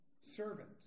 servant